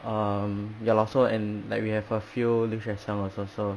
um ya lah so and like we have a few 留学生 also so